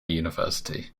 university